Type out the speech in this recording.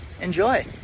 enjoy